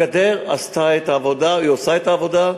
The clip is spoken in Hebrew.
הגדר עשתה את העבודה, היא עושה את העבודה,